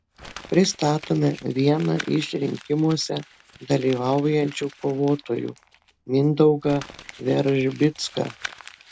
pristatome vieną iš rinkimuose dalyvaujančių kovotojų mindaugą veržbicką